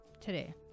today